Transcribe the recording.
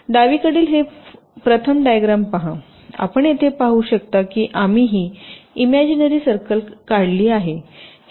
डावीकडील हे प्रथम डायग्रॅम पहाआपण येथे पाहू शकता की आम्ही ही इमॅजिनरी सर्कल काढली आहेत